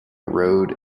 road